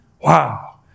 Wow